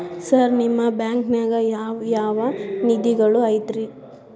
Sir ನಿಮ್ಮ ಬ್ಯಾಂಕನಾಗ ಯಾವ್ ಯಾವ ನಿಧಿಗಳು ಐತ್ರಿ?